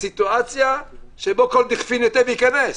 בסיטואציה שבה כל דיכפין ייתי וייכנס.